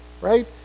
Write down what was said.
right